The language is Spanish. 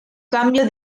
cambio